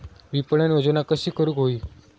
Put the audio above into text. विपणन योजना कशी करुक होई?